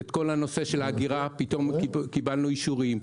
בנושא האגירה פתאום קיבלנו אישורים.